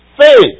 Faith